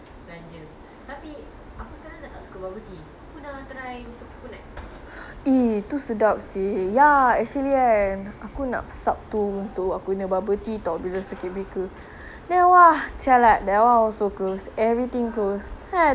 eh tu sedap seh ya actually kan aku nak sub tu untuk aku punya bubble tea [tau] bila circuit breaker then !wah! jialat that [one] also close everything close then I don't know what to drink anymore then I think ah the circuit breaker ah was like diet to me